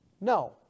No